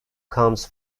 comes